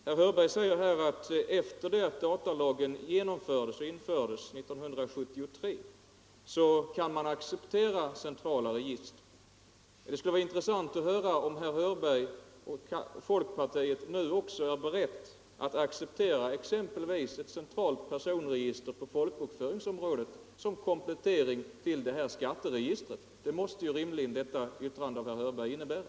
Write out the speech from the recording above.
Herr Hörberg säger att efter det att datalagen infördes 1973 kan man acceptera centrala register. Det skulle vara intressant att höra om herr Hörberg och folkpartiet nu också är beredda att acceptera exempelvis ett centralt personregister på folkbokföringens område som komplettering till skatteregistret. Det måste rimligen herr Hörbergs uttalande innebära.